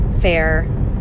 fair